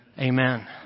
amen